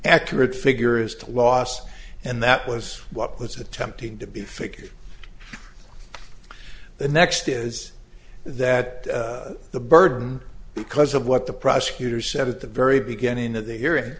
accurate figures to last and that was what was attempting to be figured the next is that the burden because of what the prosecutor said at the very beginning of the hearing